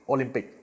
Olympic